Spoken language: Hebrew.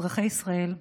אזרחי ישראל,